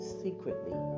secretly